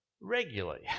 regularly